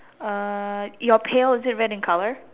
uh your pail is it red in colour